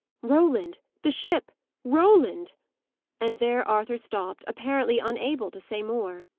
roland the ship roland and there arthur stopped, apparently unable to say more.